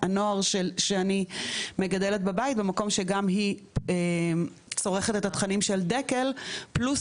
הנוער שאני מגדלת בבית במקור שגם היא צורכת את התכנים של דקל פלוס